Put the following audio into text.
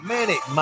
Manic